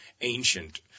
ancient